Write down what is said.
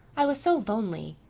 i was so lonely.